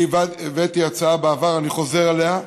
הבאתי הצעה בעבר, ואני חוזר עליה: